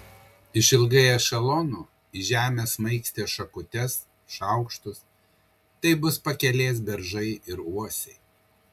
išilgai ešelonų į žemę smaigstė šakutes šaukštus tai bus pakelės beržai ir uosiai